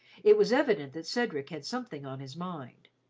it was evident that cedric had something on his mind.